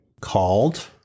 Called